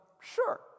Sure